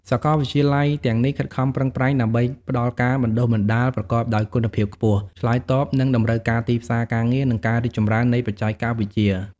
សាកលវិទ្យាល័យទាំងនេះខិតខំប្រឹងប្រែងដើម្បីផ្តល់ការបណ្តុះបណ្តាលប្រកបដោយគុណភាពខ្ពស់ ឆ្លើយតបនឹងតម្រូវការទីផ្សារការងារ និងការរីកចម្រើននៃបច្ចេកវិទ្យា។